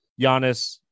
Giannis